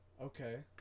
Okay